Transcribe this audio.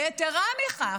ויתרה מכך,